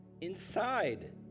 inside